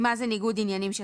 "ניגוד עניינים",